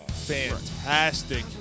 fantastic